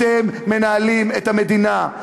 אתם מנהלים את המדינה.